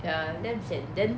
ya damn sian then